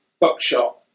Buckshot